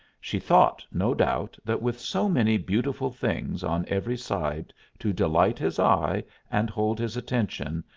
she thought, no doubt, that with so many beautiful things on every side to delight his eye and hold his attention,